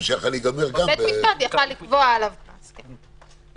זה באמת מקשר אותי לנקודה השנייה שהיא יותר משמעותית.